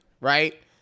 right